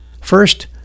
First